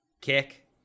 Kick